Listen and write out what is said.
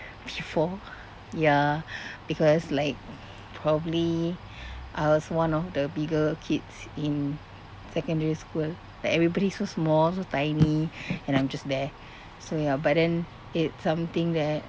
before ya because like probably I was one of the bigger kids in secondary school like everybody so small so tiny and I'm just there so ya but then it's something that